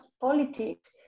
politics